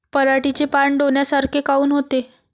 पराटीचे पानं डोन्यासारखे काऊन होते?